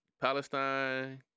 Palestine